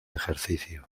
ejercicio